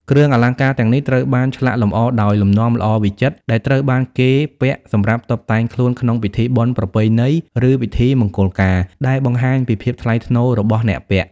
គ្រឿងអលង្ការទាំងនេះត្រូវបានឆ្លាក់លម្អដោយលំនាំល្អវិចិត្រ ដែលត្រូវបានគេពាក់សម្រាប់តុបតែងខ្លួនក្នុងពិធីបុណ្យប្រពៃណី ឬពិធីមង្គលការ ដែលបង្ហាញពីភាពថ្លៃថ្នូររបស់អ្នកពាក់។